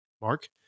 Mark